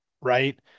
Right